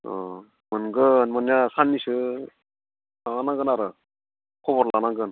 अह मोनगोन मोननाया साननैसो खालामनांगोन आरो खबर लानांगोन